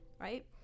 right